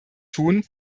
tun